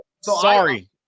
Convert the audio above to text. sorry